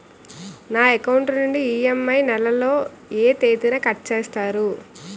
నా అకౌంట్ నుండి ఇ.ఎం.ఐ నెల లో ఏ తేదీన కట్ చేస్తారు?